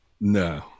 No